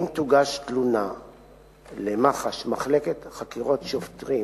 אם תוגש תלונה למח"ש, מחלקת חקירות שוטרים